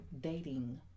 dating